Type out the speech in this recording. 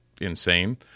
insane